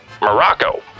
Morocco